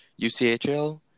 UCHL